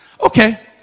Okay